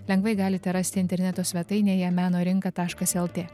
lengvai galite rasti interneto svetainėje meno rinka taškas lt